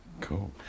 Cool